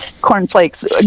cornflakes